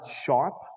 sharp